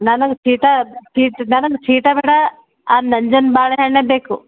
ನನಗೆ ಚೀಟ ಚೀಟ ನನ್ನ ಚೀಟ ಬೇಡ ಆ ನಂಜನ ಬಾಳೆಹಣ್ಣೇ ಬೇಕು